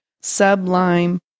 sublime